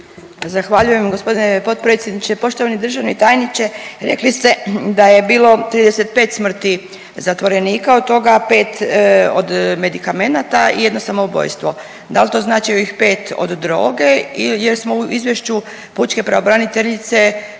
Zahvaljujem gospodine potpredsjedniče. Poštovani državni tajniče, rekli ste da je bilo 35 smrti zatvorenika od toga 5 od medikamenata i 1 samoubojstvo. Da li to znači ovih 5 od droge jer smo u izvješću pučke pravobraniteljice